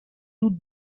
doute